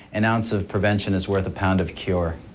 an ounce of prevention is worth a pound of cure.